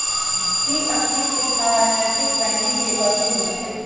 कि अपनेकेँ थाह हय नैतिक बैंकिंग कथि होइ छइ?